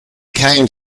came